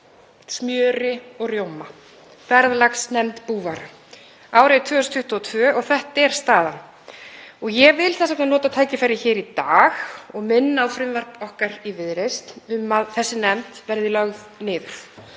smjöri og rjóma, verðlagsnefnd búvara. Árið er 2022 og þetta er staðan. Ég vil þess vegna nota tækifærið hér í dag og minna á frumvarp okkar í Viðreisn um að þessi nefnd verði lögð niður